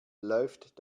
läuft